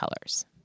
colors